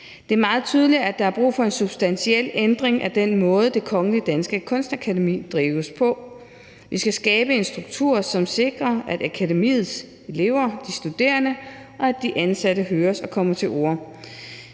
Det er meget tydeligt, at der er brug for en substantiel ændring af den måde, som Det Kongelige Danske Kunstakademi drives på. Vi skal skabe en struktur, som sikrer, at akademiets elever, altså de studerende, og de ansatte høres og kommer til orde.